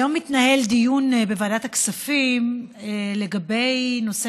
היום התנהל דיון בוועדת הכספים לגבי נושא